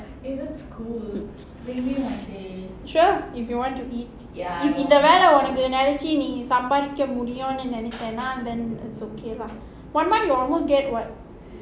sure if you want to eat if சம்பாரிக்க முடியும்னு நெனச்சேனா:sambarika mudiyumnu nenachena then it's okay lah one month you almost get [what]